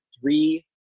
three